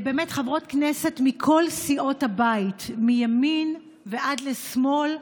באמת חברות כנסת מכל סיעות הבית, מימין ועד לשמאל,